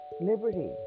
Liberty